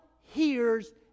hears